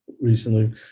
recently